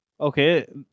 Okay